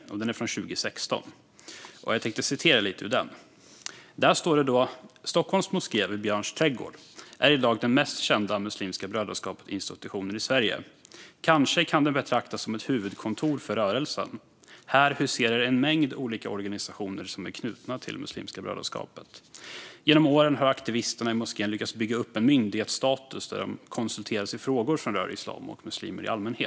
Den är från 2016. Jag tänker citera lite ur den. "Stockholms moské vid Björns trädgård är i dag den mest kända MB institutionen i Sverige. Kanske kan den betraktas som ett huvudkontor för rörelsen. Här huserar en mängd olika organisationer som är knutna till MB. Genom åren har aktivisterna i moskén lyckats bygga upp en "myndighetsstatus" där de konsulteras i frågor som rör islam och muslimer allmänhet."